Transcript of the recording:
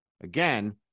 Again